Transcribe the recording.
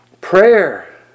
Prayer